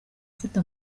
ufite